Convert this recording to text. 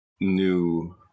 new